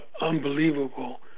unbelievable